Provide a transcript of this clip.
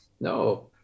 No